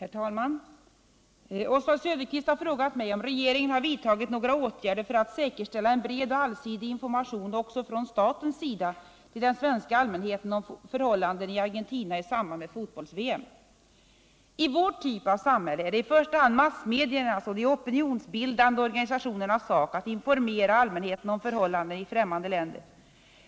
Herr talman! Oswald Söderqvist har frågat mig om regeringen har vidtagit några åtgärder för att säkerställa en bred och allsidig information också från statens sida till den svenska allmänheten om förhållandena i Argentina i samband med fotbolls-VM. I vår typ av samhälle är det i första hand massmediernas och de opinionsbildande organisationernas sak att informera allmänheten om förhållandena i ffrämmande länder.